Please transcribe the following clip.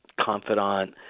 confidant